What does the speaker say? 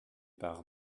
par